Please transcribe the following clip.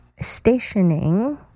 stationing